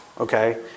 Okay